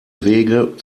wege